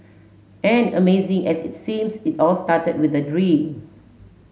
and amazing as it seems it all started with a dream